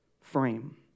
frame